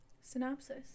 Synopsis